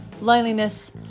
loneliness